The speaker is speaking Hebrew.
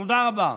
תודה רבה.